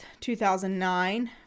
2009